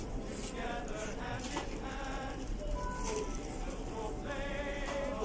together hand in hand we will proclaim